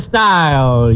Style